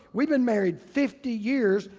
we've been married fifty years,